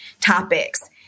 topics